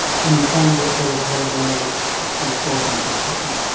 and you found that haloperidol actually shortened survival?